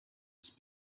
ist